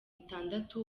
itandatu